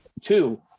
two